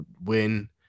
win